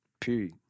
Period